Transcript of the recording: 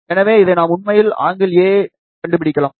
எனவே இதை நாம் உண்மையில் a கண்டுபிடிக்கலாம்